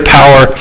power